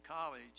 college